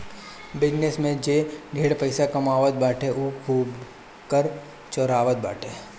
business में जे ढेर पइसा कमात बाटे उ खूबे कर चोरावत बाटे